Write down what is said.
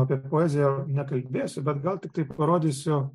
apie poeziją nekalbėsiu bet gal tiktai parodysiu